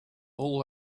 all